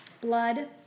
blood